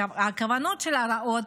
הכוונות שלה רעות,